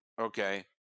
okay